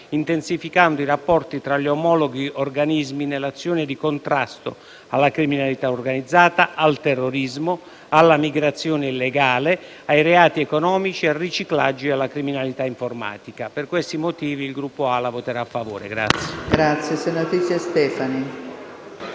intensificando i rapporti tra gli omologhi organismi nell'azione di contrasto alla criminalità organizzata, al terrorismo, alla migrazione illegale, ai reati economici, al riciclaggio e alla criminalità informatica. Per questi motivi, il Gruppo AL-A voterà a favore del